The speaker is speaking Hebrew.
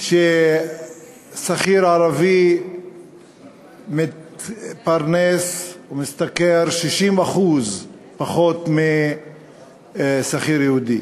ששכיר ערבי מתפרנס ומשתכר 60% פחות משכיר יהודי.